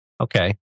Okay